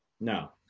no